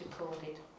recorded